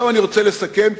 אני רוצה לסכם,